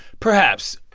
perhaps.